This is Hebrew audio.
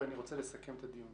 ואני רוצה לסכם את הדיון.